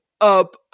up